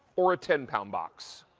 or a ten pound box.